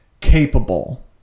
capable